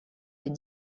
est